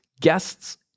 guests